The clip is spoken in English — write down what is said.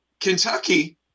Kentucky